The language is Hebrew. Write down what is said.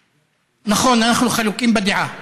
נכון, אנחנו חלוקים בדעה.